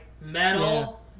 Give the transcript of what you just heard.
metal